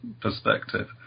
perspective